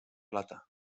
plata